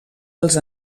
els